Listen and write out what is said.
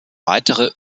weitere